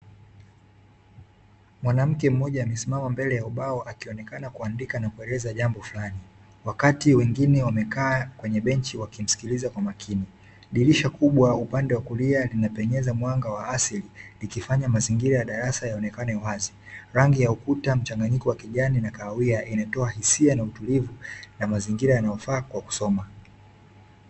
Mwanamke mmoja amesimama mbele ya ubao akionekana kuandika na kueleza jambo fulani, wakati wengine wamekaa kwenye benchi wakimsikiliza kwa makini. Dirisha kubwa upande wa kulia linapenyeza mwanga wa asili likifanya mazingira ya darasa yaonekane wazi. Rangi ya ukuta, mchanganyiko wa kijani na kahawia inatoa hisia na utulivu, na mazingira yanayofaa kwa kusoma.